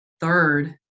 third